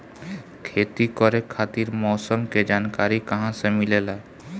खेती करे खातिर मौसम के जानकारी कहाँसे मिलेला?